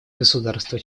государства